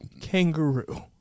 kangaroo